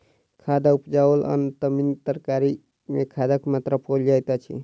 खाद पर उपजाओल अन्न वा तीमन तरकारी मे खादक मात्रा पाओल जाइत अछि